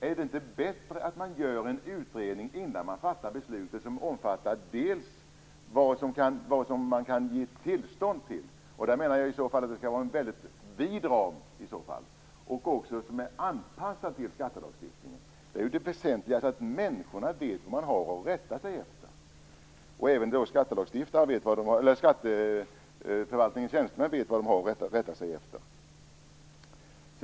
Är det inte bättre att göra en utredning innan man fattar ett beslut som omfattar vad som man kan ge tillstånd till - det skall i så fall vara en väldigt vid ram och vara anpassat till skattelagstiftningen. Det väsentliga är att människorna och även skatteförvaltningens tjänstemän vet vad de har att rätta sig efter.